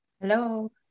Hello